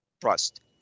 trust